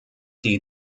die